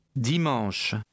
Dimanche